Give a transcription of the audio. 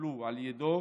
שהתקבלו על ידו,